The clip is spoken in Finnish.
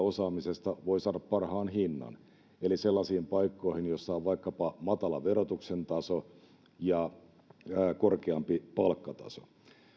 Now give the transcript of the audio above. osaamisesta voi saada parhaan hinnan eli sellaisiin paikkoihin joissa on vaikkapa matala verotuksen taso ja korkeampi palkkataso